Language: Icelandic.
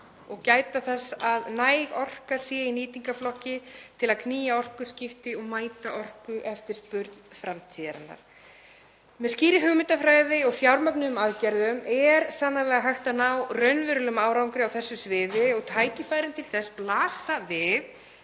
og gæta þess að næg orka sé í nýtingarflokki til að knýja orkuskipti og mæta orkueftirspurn framtíðarinnar. Með skýrri hugmyndafræði og fjármögnuðum aðgerðum er sannarlega hægt að ná raunverulegum árangri á þessu sviði og tækifærin til þess blasa við.